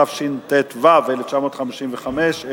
התשט"ו 1955,